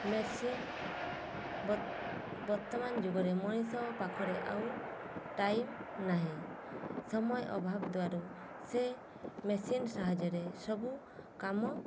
machine ବର୍ତ୍ତମାନ ଯୁଗରେ ମଣିଷ ପାଖରେ ଆଉ ଟାଇମ୍ ନାହିଁ ସମୟ ଅଭାବ ଦ୍ୱାରା ସେ ମେସିନ୍ ସାହାଯ୍ୟରେ ସବୁ କାମ